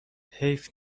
حیف